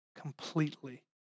completely